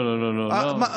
לא, לא, לא.